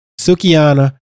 Sukiana